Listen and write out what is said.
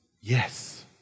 yes